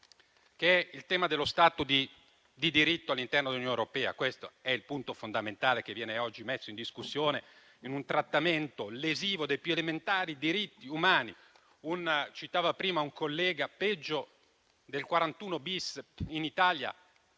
che è il tema dello Stato di diritto all'interno dell'Unione europea. Questo è il punto fondamentale che viene oggi messo in discussione con un trattamento lesivo dei più elementari diritti umani - un collega diceva prima che è peggio del 41-*bis* in Italia